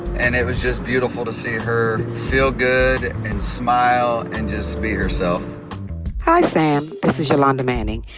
and it was just beautiful to see her feel good and smile and just be herself hi, sam. this is yolanda manning.